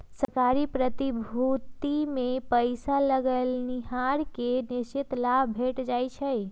सरकारी प्रतिभूतिमें पइसा लगैनिहार के निश्चित लाभ भेंट जाइ छइ